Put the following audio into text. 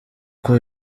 uko